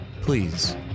please